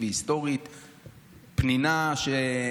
תוך שתי שניות הדברים עולים.